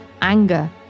anger